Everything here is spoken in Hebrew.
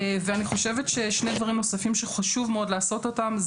ואני חושבת ששני דברים נוספים שחשוב מאוד לעשות אותם הם